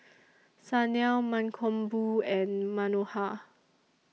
Sanal Mankombu and Manohar